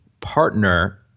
partner